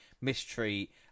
mistreat